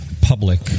public